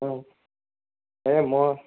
ହଁ ହେ ମ